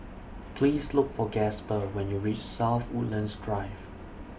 Please Look For Gasper when YOU REACH South Woodlands Drive